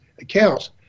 accounts